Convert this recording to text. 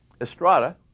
Estrada